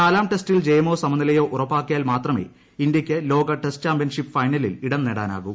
നാലാം ടെസ്റ്റിൽ ജയമോ സമനിലയോ ഉറപ്പാക്കിയാൽ മാത്രമേ ഇന്ത്യയ്ക്ക് ലോക ടെസ്റ്റ് ചാമ്പൃൻഷിപ്പ് ഫൈനലിൽ ഇടം നേടാനാകൂ